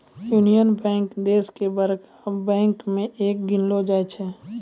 union Bank देश के बड़का बैंक मे एक गिनलो जाय छै